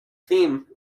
theme